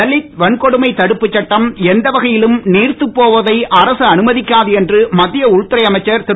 தலித் வன்கொடுமை தடுப்புச் சட்டம் எந்த வகையிலும் நீர்த்துப் போவதை அரசு அனுமதிக்காது என்று மத்திய உள்துறை அமைச்சர் திரு